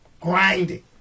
grinding